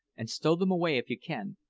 and stow them away if you can.